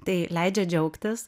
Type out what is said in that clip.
tai leidžia džiaugtis